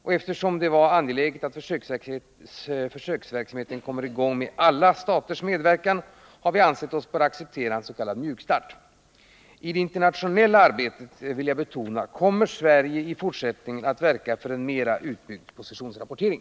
Med tanke på att det är angeläget att försöksverksamheten kommer i gång med alla Östersjöstaternas medverkan, har vi dock ansett oss böra acceptera en s.k. mjuk start. I det internationella arbetet kommer Sverige, det vill jag betona, även i fortsättningen att verka för en mera utbyggd positionsrapportering.